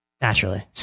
Naturally